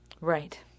Right